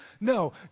No